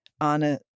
Anna